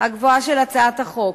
הגבוהה של הצעת החוק,